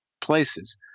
places